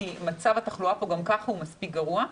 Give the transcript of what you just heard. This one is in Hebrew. כי מצב התחלואה פה גם כך הוא מספיק גרוע,